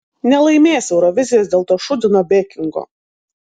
nelaimės eurovizijos dėl to šūdino bekingo